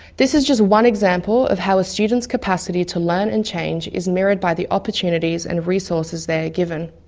this is just one example of how a students' capacity to learn and change is mirrored by the opportunities and resources they are given.